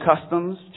customs